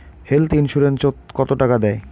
Health insurance ওত কত টাকা দেয়?